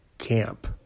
camp